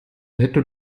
netto